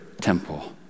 temple